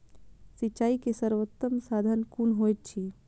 सिंचाई के सर्वोत्तम साधन कुन होएत अछि?